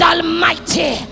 Almighty